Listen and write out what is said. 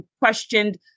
questioned